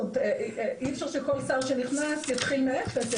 אי אפשר שכל שר שנכנס יתחיל מאפס.